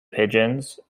pigeons